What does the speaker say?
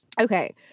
Okay